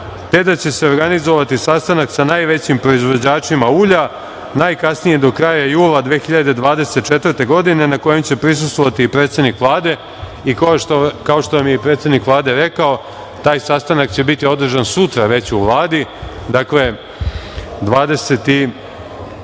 te da će se organizovati sastanak sa najvećim proizvođačima ulja najkasnije do kraja jula 2024. godine, na kojem će prisustvovati i predsednik Vlade. Kao što vam je i predsednik Vlade rekao, taj sastanak će biti održan sutra u Vladi, 25. jula ove godine,